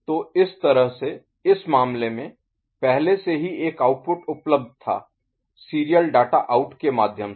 तो इस तरह से इस मामले में पहले से ही एक आउटपुट उपलब्ध था सीरियल डाटा आउट के माध्यम से